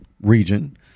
region